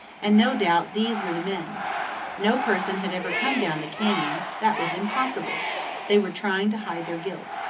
and no doubt these were the men no person had ever come down the canyon that was impossible they were trying to hide their guilt.